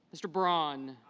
mr. braun